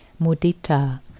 mudita